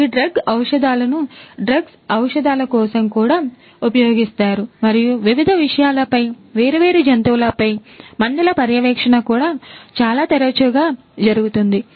ఈ drugs షధాలను drugs షధాల కోసం కూడా ఉపయోగిస్తారు మరియు వివిధ విషయాలపై వేర్వేరు జంతువులపై మందుల పర్యవేక్షణ కూడా చాలా తరచుగా జరుగుతుంది